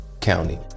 County